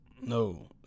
No